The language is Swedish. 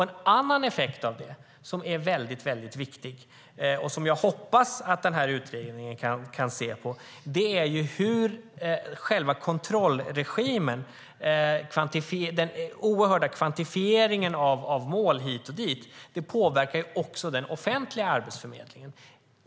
En annan viktig effekt som jag hoppas att utredningen kan titta på är den oerhörda kvantifieringen av mål hit och dit som också påverkar den offentliga arbetsförmedlingen.